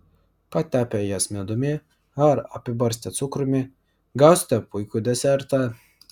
patepę jas medumi ar apibarstę cukrumi gausite puikų desertą